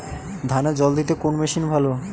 ধানে জল দিতে কোন মেশিন ভালো?